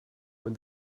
when